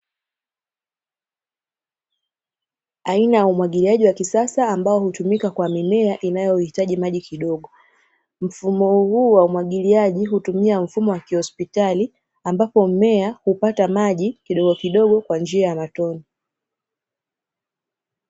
Aina ya umwagiliaji wa kisasa ambao hutumika kwa mimea inayohitaji maji kidogo. Mfumo huu wa umwagiliaji hutumia mfumo wa kihospitali, ambapo mmea hupata maji kidogokidogo kwa njia ya matone.